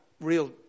real